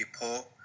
poor